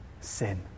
sin